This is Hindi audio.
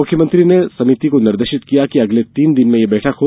मुख्यमंत्री ने समिति को निर्देशित किया कि अगले तीन दिन में यह बैठक हो